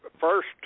first